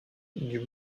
dut